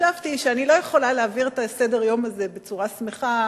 וחשבתי שאני לא יכולה להעביר את סדר-היום הזה בצורה שמחה